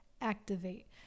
activate